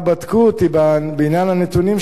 כבר בדקו אותי בעניין הנתונים שלי,